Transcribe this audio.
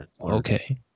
okay